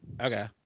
Okay